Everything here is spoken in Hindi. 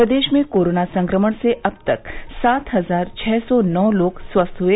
प्रदेश में कोरोना संक्रमण से अब तक सात हजार छह सौ नौ लोग स्वस्थ हुए